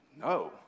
No